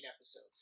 episodes